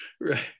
right